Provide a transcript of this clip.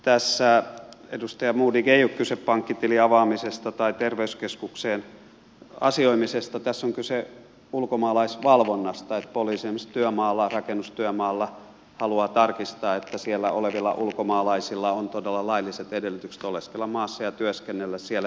tässä edustaja modig ei ole kyse pankkitilin avaamisesta tai terveyskeskuksessa asioimisesta tässä on kyse ulkomaalaisvalvonnasta siitä että poliisi esimerkiksi rakennustyömaalla haluaa tarkistaa että siellä olevilla ulkomaalaisilla on todella lailliset edellytykset oleskella maassa ja työskennellä siellä